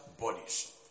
bodies